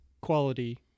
quality